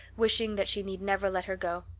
wishing that she need never let her go.